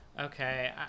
Okay